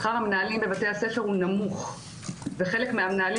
שכר המנהלים בבתי הספר הוא נמוך וחלק מן המנהלים